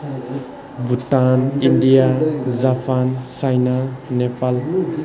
Bhutan India Japan China Nepal